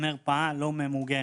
המרפאה לא ממוגנת.